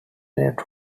named